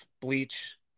Bleach